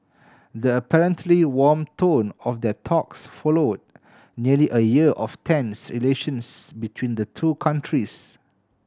the apparently warm tone of their talks follower nearly a year of tense relations between the two countries